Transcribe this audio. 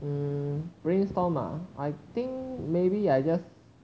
mm brainstorm ah I think maybe I just